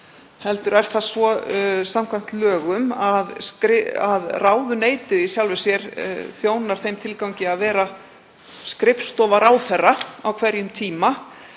heldur er það svo samkvæmt lögum að ráðuneytið þjónar í sjálfu sér þeim tilgangi að vera skrifstofa ráðherra á hverjum tíma